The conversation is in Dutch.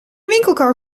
winkelkar